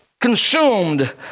consumed